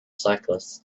cyclists